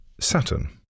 Saturn